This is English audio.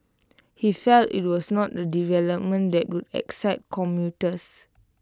he felt IT was not A development that would excite commuters